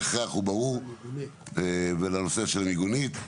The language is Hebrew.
ההכרח הוא ברור בנושא של מיגונית.